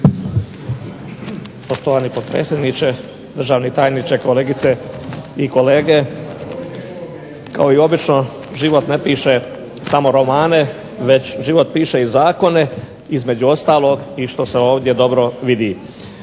Poštovani potpredsjedniče, državni tajniče, kolegice i kolege. Kao i obično život ne piše samo romane već život piše i zakone, između ostalog i što se ovdje dobro vidi.